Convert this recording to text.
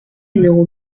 numéro